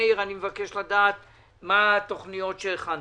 מאיר, אני מבקש לדעת מה התוכניות שהכנתם,